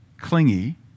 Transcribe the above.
clingy